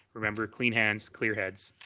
remember, clean hands, clear heads,